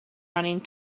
running